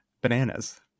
bananas